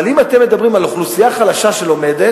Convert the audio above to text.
אבל אם אתם מדברים על אוכלוסייה חלשה שלומדת,